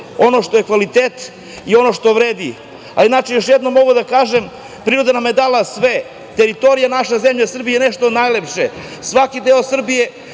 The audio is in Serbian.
ono što je kvalitet i ono što vredi. Inače, još jednom mogu da kažem – priroda nam je dala sve. Teritorija naše zemlje Srbije je nešto najlepše. Svaki deo Srbije